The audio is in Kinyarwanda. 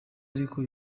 ariko